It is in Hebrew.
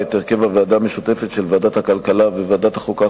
את הרכב הוועדה המשותפת של ועדת הכלכלה וועדת החוקה,